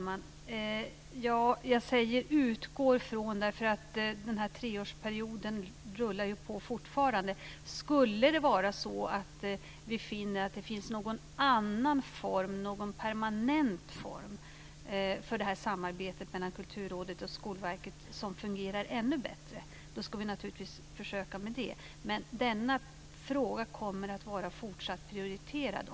Fru talman! Jag säger "utgår från" därför att den här treårsperioden fortfarande rullar på. Skulle det vara så att vi finner att det finns någon annan form, någon permanent form, för samarbetet mellan Kulturrådet och Skolverket som fungerar ännu bättre ska vi naturligtvis försöka med det. Denna fråga kommer att vara fortsatt prioriterad.